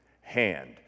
hand